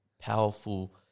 powerful